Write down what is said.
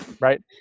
right